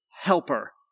helper